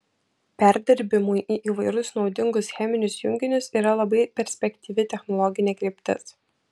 perdirbimui į įvairius naudingus cheminius junginius yra labai perspektyvi technologinė kryptis